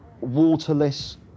waterless